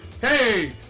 Hey